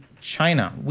China